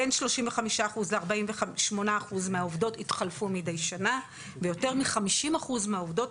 בין 35-48 אחוז מהעובדות התחלפו מידי שנה ויותר מ-50 אחוז מהעובדות